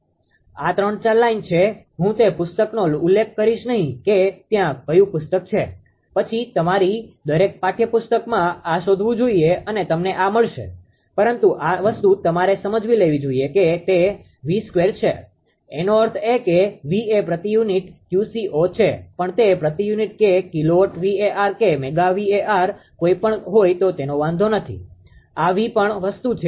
આ 3 4 લાઇન છે હું તે પુસ્તકનો ઉલ્લેખ કરીશ નહીં કે ત્યાં કયું પુસ્તક છે પછી તમારે દરેક પાઠયપુસ્તકમાં આ શોધવું જોઈએ અને તમને આ મળશે પરંતુ આ વસ્તુ તમારે સમજી લેવી જોઈએ કે તે |𝑉|2 છે એનો અર્થ એ કે V એ પ્રતિ યુનિટ 𝑄𝐶૦ છે પણ તે પ્રતિ યુનિટ કે કિલો VAr કે મેગા VAr કોઈ પણ હોઈ તેનો કોઈ વાંધો નથી આ V પણ વસ્તુ છે